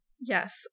Yes